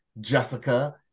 Jessica